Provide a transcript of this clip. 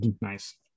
Nice